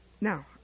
Now